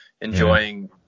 enjoying